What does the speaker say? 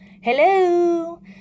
Hello